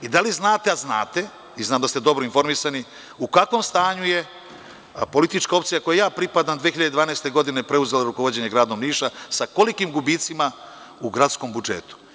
Da li znate, a znate i znam da ste dobro informisani, u kakvom stanju je politička opcija kojoj ja pripadam 2012. godine preuzela rukovođenje gradom Nišom, sa kolikim gubicima u gradskom budžetu?